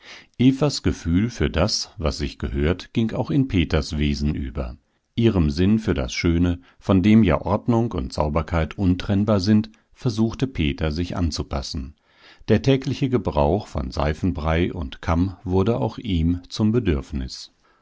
evas gefühl für das was sich gehört ging auch in peters wesen über ihrem sinn für das schöne von dem ja ordnung und sauberkeit untrennbar sind versuchte peter sich anzupassen der tägliche gebrauch von seifenbrei und kamm wurde auch ihm zum bedürfnis